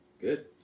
Good